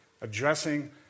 addressing